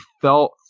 felt